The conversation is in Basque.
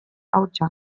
hautsa